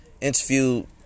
interviewed